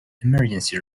emergency